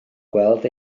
gweld